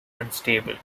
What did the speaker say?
unstable